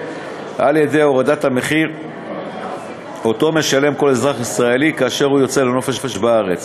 על-ידי הורדת המחיר שמשלם כל אזרח ישראלי כאשר הוא יוצא לנופש בארץ.